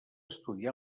estudià